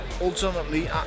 ultimately